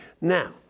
Now